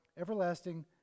everlasting